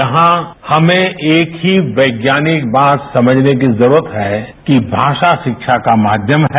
यहां हमें एक ही वैज्ञानिक बात समझने की जरूरत है कि भाषा शिक्षा का माध्यम है